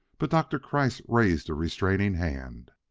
but doctor kreiss raised a restraining hand.